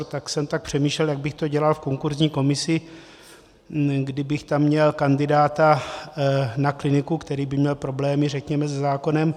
Tak jsem tak přemýšlel, jak bych to dělal v konkurzní komisi, kdybych tam měl kandidáta na kliniku, který by měl problémy, řekněme, se zákonem.